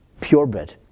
purebred